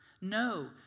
No